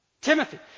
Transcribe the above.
Timothy